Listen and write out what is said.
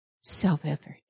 self-effort